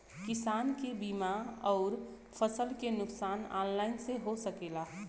किसान के बीमा अउर फसल के नुकसान ऑनलाइन से हो सकेला?